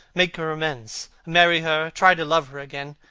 make her amends, marry her, try to love her again.